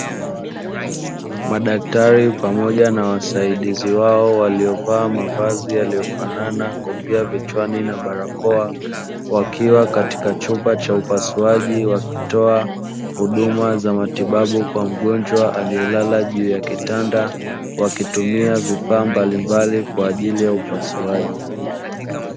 Madaktari pamoja na wasaidizi wao waliovaa mavazi yaliyofanana, kofia vichwani na barakoa. Wakiwa katika chumba cha upasuaji wakitoa huduma za matibabu kwa mgonjwa aliyelala juu ya kitanda wakitumia vifaa mbalimbali kwa ajili ya upasuaji.